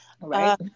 right